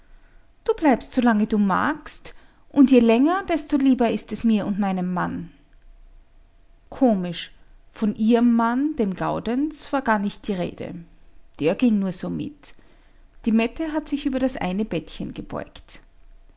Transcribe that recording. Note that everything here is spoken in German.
du bleibst solange du magst und je länger desto lieber ist es mir und meinem mann komisch von ihrem mann dem gaudenz war gar nicht die rede der ging nur so mit die mette hat sich über das eine bettchen gebeugt